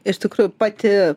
iš tikrųjų pati